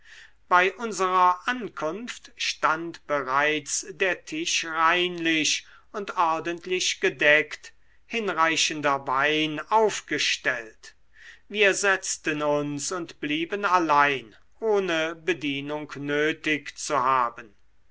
bei unserer ankunft stand bereits der tisch reinlich und ordentlich gedeckt hinreichender wein aufgestellt wir setzten uns und blieben allein ohne bedienung nötig zu haben